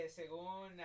según